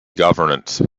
governance